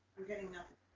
we're getting nothing.